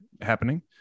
happening